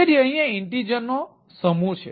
તેથી અહીં ઇન્ટેજર્સ નો સમૂહ છે